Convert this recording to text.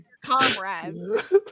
comrades